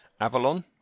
Avalon